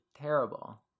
Terrible